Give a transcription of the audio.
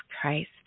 Christ